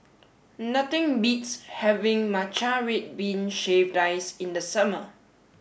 nothing beats having Matcha red bean shaved ice in the summer